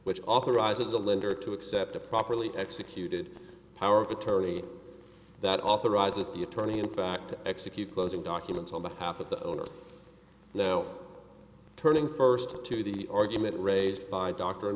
which authorizes the lender to accept a properly executed power of attorney that authorizes the attorney in fact execute closing documents on behalf of the owner now turning first to the argument raised by dr and